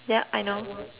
yeah I know